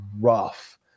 rough